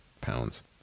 pounds